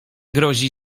grozi